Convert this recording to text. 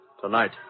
tonight